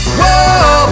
whoa